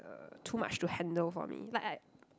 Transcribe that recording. uh too much to handle for me like I